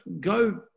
go